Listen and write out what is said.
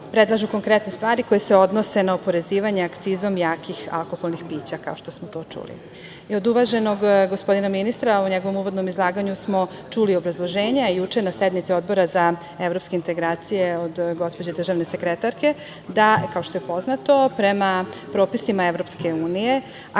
predlažu konkretne stvari koje se odnose na oporezivanje akcizom jakih alkoholnih pića, kao što smo to čuli. Od uvaženog, gospodina ministra, u njegovom uvodnom izlaganju smo čuli obrazloženje, a juče na sednici Odbora za evropske integracije, od gospođe državne sekretarke, da kao što je poznato prema propisima EU akciza